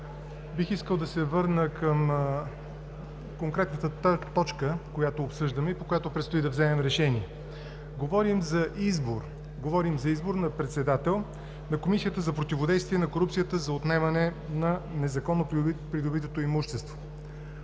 Бих искал да се върна към конкретната точка, която обсъждаме и по която предстои да вземем решение. Говорим за избор на председател на Комисията за противодействие на корупцията и за отнемане на незаконно придобитото имущество,